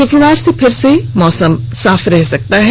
शुक्रवार से फिर से मौसम साफ रह सकता है